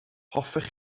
hoffech